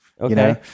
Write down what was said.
okay